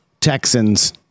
texans